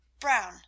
Brown